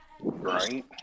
Right